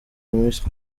miss